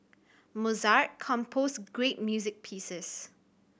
Mozart composed great music pieces